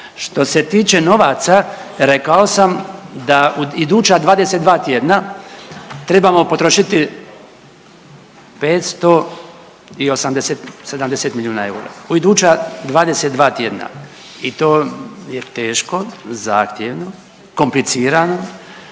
Što se tiče novaca rekao sam da u iduća 22 tjedna trebamo potrošiti 500 i 80, 70 milijuna eura, u iduća 22 tjedna i to je teško, zahtjevno, komplicirano.